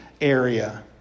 area